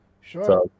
Sure